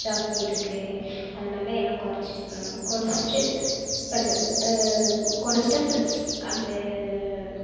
ஜாஸ்தி இருக்குது அதனால் எல்லாம் குறைச்சிக்கணும் குறைச்சிட்டு இப்போ அந்த குறைச்சிட்டு அந்த அந்த